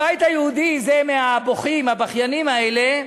הבית היהודי, זה מהבוכים, הבכיינים האלה,